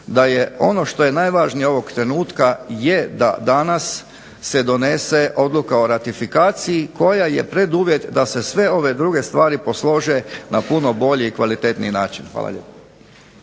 da je ono što je najvažnije ovog trenutka je da danas se donese odluka o ratifikaciji koja je preduvjet da se sve ove druge stvari poslože na puno bolji i kvalitetniji način. Hvala lijepa.